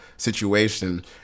Situation